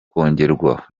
kongererwa